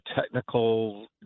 technical